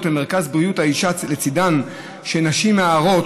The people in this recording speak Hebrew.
במרכז בריאות האישה לצידן של נשים הרות,